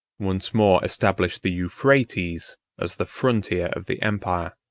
once more established the euphrates as the frontier of the empire.